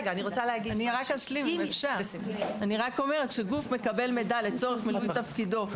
אני רק אומרת שגוף מקבל מידע לצורך מילוי תפקידו,